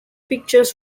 pictures